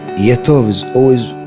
yeah tov is always,